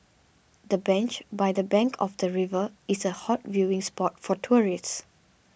the bench by the bank of the river is a hot viewing spot for tourists